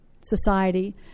society